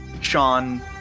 Sean